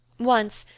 once,